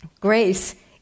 Grace